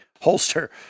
holster